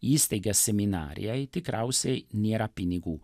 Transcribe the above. įsteigia seminariją tikriausiai nėra pinigų